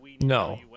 no